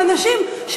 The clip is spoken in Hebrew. מה דחוף פה?